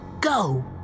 Go